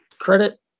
credit